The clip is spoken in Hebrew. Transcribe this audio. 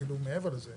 ואפילו מעבר לזה.